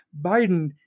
Biden